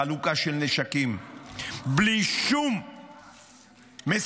חלוקה של נשקים בלי שום מסננת.